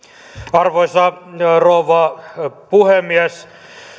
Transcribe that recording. arvoisa rouva puhemies